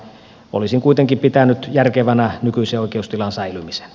olisin kuitenkin pitänyt järkevänä nykyisen oikeustilan säilymisen